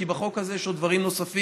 כי בחוק הזה יש דברים נוספים,